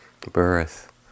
birth